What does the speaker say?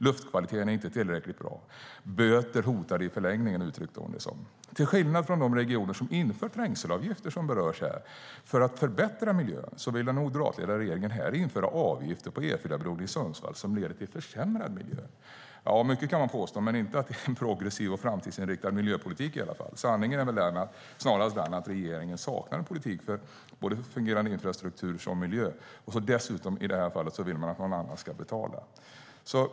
Luftkvaliteten är inte tillräckligt bra. Böter hotar i förlängningen, uttryckte hon det som. Till skillnad från de regioner som infört trängselavgifter för att förbättra miljön, som berörs här, vill den moderatledda regeringen här införa avgifter för E4-bron i Sundsvall som leder till försämrad miljö. Mycket kan man påstå men inte att det är en progressiv och framtidsinriktad miljöpolitik i alla fall! Sanningen är väl snarast den att regeringen saknar en politik både för en fungerande infrastruktur och för miljö. I det här fallet vill man dessutom att någon annan ska betala.